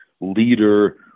leader